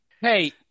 Hey